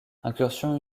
incursion